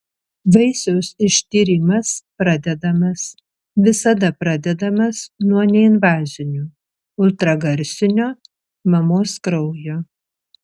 vaisiaus ištyrimas pradedamas visada pradedamas nuo neinvazinių ultragarsinio mamos kraujo